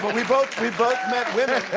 we both we both met women